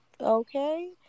okay